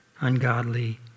ungodly